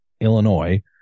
Illinois